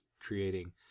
creating